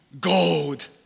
gold